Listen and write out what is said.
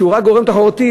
שהם רק גורם תחרותי,